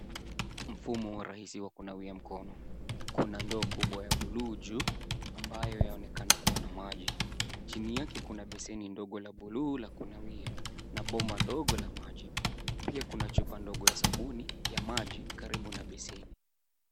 Mfumo wa rahisi wa kunawia mkono. Kuna ndoo kubwa ya buluu juu ambayo yaonekana kuwa na maji. Chini yake kuna beseni ndogo la buluu la kunawia na bomba dogo la maji . Pia kuna chupa ndogo ya sabuni ya maji karibu na beseni.